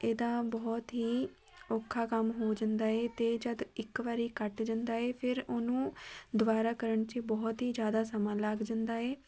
ਇਹਦਾ ਬਹੁਤ ਹੀ ਔਖਾ ਕੰਮ ਹੋ ਜਾਂਦਾ ਏ ਅਤੇ ਜਦ ਇੱਕ ਵਾਰੀ ਕੱਟ ਜਾਂਦਾ ਏ ਫਿਰ ਉਹਨੂੰ ਦੁਬਾਰਾ ਕਰਨ 'ਚ ਬਹੁਤ ਹੀ ਜ਼ਿਆਦਾ ਸਮਾਂ ਲੱਗ ਜਾਂਦਾ ਏ